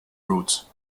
roots